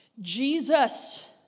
Jesus